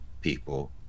people